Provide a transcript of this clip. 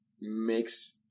makes